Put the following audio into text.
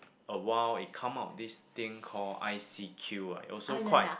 awhile it come out this thing call I_C_Q ah also quite